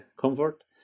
comfort